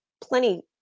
plenty